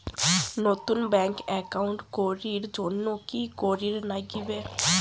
নতুন bank account করির জন্যে কি করিব নাগিবে?